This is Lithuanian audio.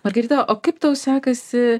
margarita o kaip tau sekasi